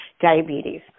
diabetes